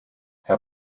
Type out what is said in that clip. herr